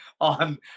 on